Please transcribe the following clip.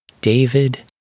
David